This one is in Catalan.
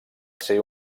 ser